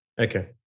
Okay